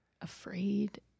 afraid